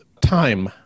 time